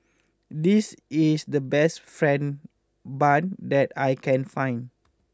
this is the best fried Bun that I can find